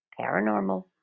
paranormal